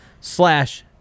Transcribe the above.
slash